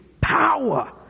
power